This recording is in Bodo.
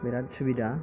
बिराद सुबिदा